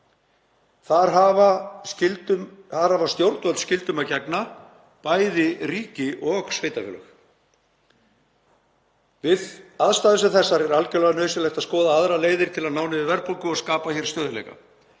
Þar hafa stjórnvöld skyldum að gegna, bæði ríki og sveitarfélög. Við aðstæður sem þessar er algerlega nauðsynlegt að skoða aðrar leiðir til að ná niður verðbólgu og skapa hér stöðugleika.